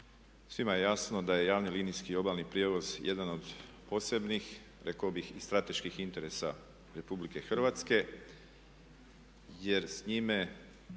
Svima je jasno da je javni linijski obalni prijevoz jedan od posebnih rekao bih i strateških interesa Republike Hrvatske jer s njime